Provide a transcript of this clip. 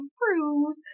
Prove